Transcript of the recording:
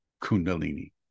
kundalini